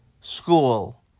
school